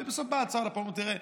ובסוף באה הוצאה לפועל ואומרת: תראה,